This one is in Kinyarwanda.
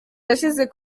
yashyize